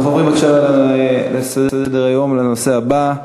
אנחנו עוברים לנושא הבא.